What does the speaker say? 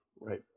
Right